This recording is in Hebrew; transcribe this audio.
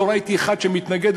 לא ראיתי אחד שמתנגד,